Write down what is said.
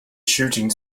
shooting